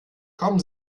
kommen